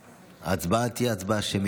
ההצבעה תהיה הצבעה שמית,